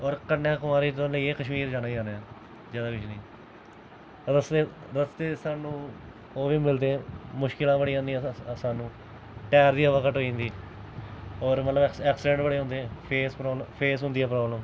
होर कन्याकुमारी कोला लेइयै कश्मीर जाना ई जाना ऐ जादा किश नेईं रस्ते ई स्हानूं ओह्बी मिलदे मुश्कलां बड़ियां औंदियां स्हानूं टायर दी हवा घट्ट होई जंदी होर मतलब एक्सीडेंट बड़े होंदे फेस होंदी ऐ प्रॉब्लम